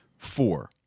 Four